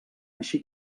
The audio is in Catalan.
així